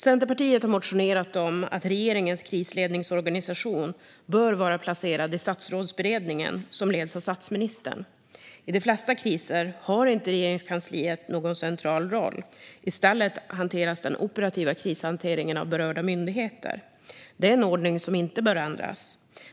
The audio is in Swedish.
Centerpartiet har motionerat om att regeringens krisledningsorganisation bör vara placerad i Statsrådsberedningen, som leds av statsministern. I de flesta kriser har Regeringskansliet inte någon central roll. I stället hanteras den operativa krishanteringen av berörda myndigheter. Det är en ordning som inte bör ändras.